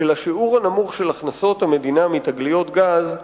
של השיעור הנמוך של הכנסות המדינה מתגליות גז,